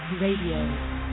Radio